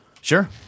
Sure